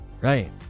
right